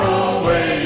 away